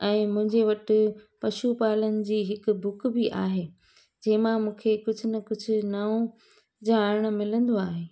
ऐं मुंहिंजे वटि पशु पालण जी हिकु बुक बि आहे जंहिं मां मूंखे कुझु न कुझु नओं ॼाणणु मिलंदो आहे